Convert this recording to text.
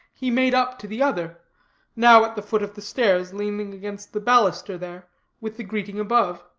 he made up to the other now at the foot of the stairs leaning against the baluster there with the greeting above.